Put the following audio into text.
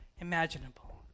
imaginable